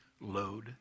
load